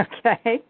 Okay